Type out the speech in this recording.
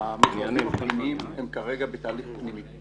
ה- -- הם כרגע בתהליך פנימי,